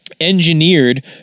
engineered